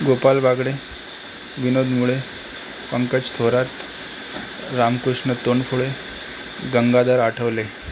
Gopal Bagde Vinod Mule Pankaj Thorat Ramkrishna Tondphode Gangadhar Athawale